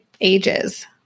ages